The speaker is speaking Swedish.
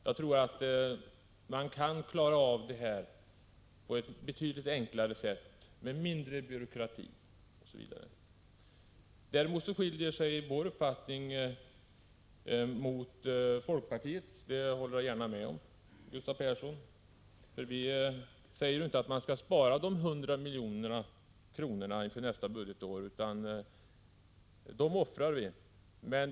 Man kan enligt min mening klara av detta på ett betydligt enklare sätt med mindre byråkrati osv. Att vår uppfattning skiljer sig från folkpartiets håller jag gärna med om, Gustav Persson. Vi säger inte att man skall spara de 100 miljonerna nästa budgetår, utan dem offrar vi.